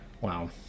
Wow